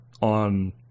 on